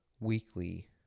weekly